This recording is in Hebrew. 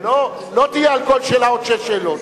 אבל לא יהיו על כל שאלה עוד שש שאלות.